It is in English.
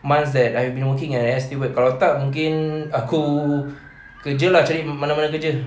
months that I've been working as air steward kalau tak mungkin aku kerja lah cari mana-mana kerja